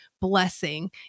blessing